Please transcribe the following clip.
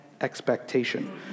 expectation